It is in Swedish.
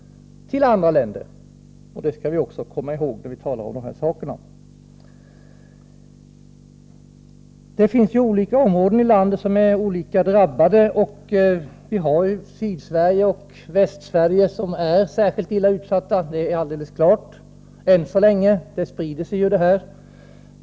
Det skall vi också komma ihåg när vi talar om detta. Det finns olika områden i landet som är olika drabbade. Sydsverige och Västsverige är än så länge särskilt illa utsatta — det är alldeles klart, men problemen sprider sig.